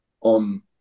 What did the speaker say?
on